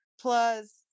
Plus